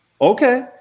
Okay